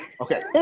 Okay